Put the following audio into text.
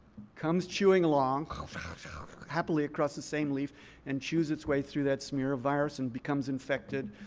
comes chewing along happily across the same leaf and chews its way through that smear of virus and becomes infected,